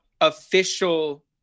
official